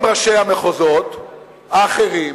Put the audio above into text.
ראשי המחוזות האחרים?